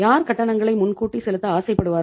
யார் கட்டணங்களை முன்கூட்டி செலுத்த ஆசைப்படுவார்கள்